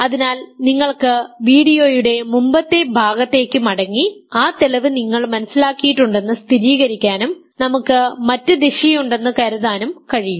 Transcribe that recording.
അതിനാൽ നിങ്ങൾക്ക് വീഡിയോയുടെ മുമ്പത്തെ ഭാഗത്തേക്ക് മടങ്ങി ആ തെളിവ് നിങ്ങൾ മനസിലാക്കിയിട്ടുണ്ടെന്ന് സ്ഥിരീകരിക്കാനും നമുക്ക് മറ്റ് ദിശയുണ്ടെന്ന് കരുതാനും കഴിയും